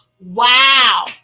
Wow